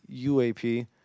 UAP